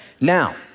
Now